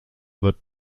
wird